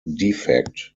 defect